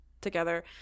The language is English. together